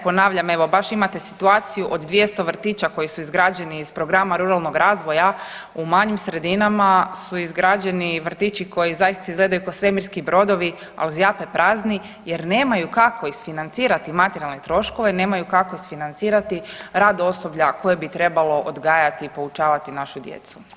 Ponavljam evo baš imate situaciju od 200 vrtića koji su izgrađeni iz programa ruralnog razvoja, u manjim sredinama su izgrađeni vrtići koji zaista izgledaju ko svemirski brodovi, al zjape prazni jer nemaju kako isfinancirati materijalne troškove, nemaju kako isfinancirati rad osoblja koje bi trebalo odgajati i poučavati našu djecu.